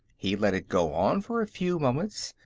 he let it go on for a few moments,